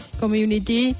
community